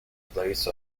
place